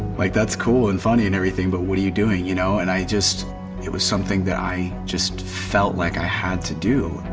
like that's cool and funny and everything, but what are you doing? you know. and i just it was something that i just felt like i had to do.